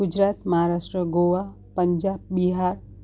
Gujarat Maharashtra Goa Punjab Bihar